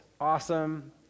Awesome